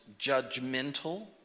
judgmental